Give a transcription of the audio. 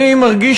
אני מרגיש,